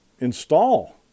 install